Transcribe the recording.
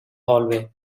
hallway